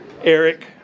Eric